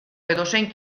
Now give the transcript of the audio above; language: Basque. edozein